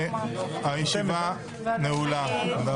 הישיבה נעולה.